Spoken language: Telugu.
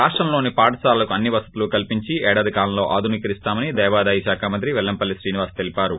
రాష్టంలోని పాఠశాలలకు అన్ని వసతులు కల్సించి ఏడాది కాలంలో ఆధునీకరిస్తామని దేవాదాయ శాఖ మంత్రి వెల్లింపల్లి శ్రీనివాస్ తెలిపారు